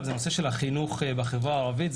הוא הנושא של החינוך בחברה הערבית.